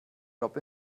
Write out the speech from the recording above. job